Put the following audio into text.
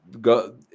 go